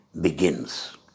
begins